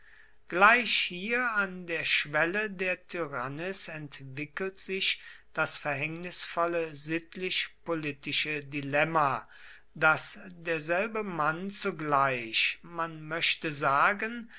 gleich hier an der schwelle der tyrannis entwickelt sich das verhängnisvolle sittlich politische dilemma daß derselbe mann zugleich man möchte sagen